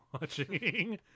watching